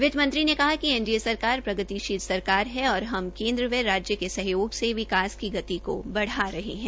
वित्तमंत्री ने कहा कि एनडीए सरकार प्रगतिशील सरकार है और हम केन्द्र व राज्य क सहयोग से विकास की गति को बढ़ा रहे है